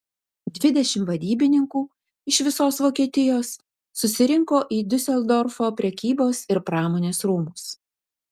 dvidešimt vadybininkų iš visos vokietijos susirinko į diuseldorfo prekybos ir pramonės rūmus